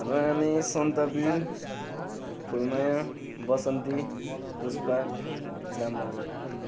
Rame Santabir Phulmaya Basanti Pushpa Rambahadur